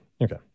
Okay